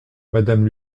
madame